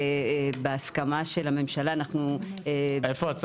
אנחנו אגף בכיר